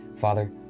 Father